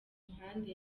iruhande